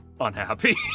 unhappy